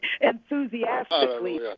Enthusiastically